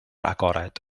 agored